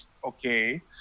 okay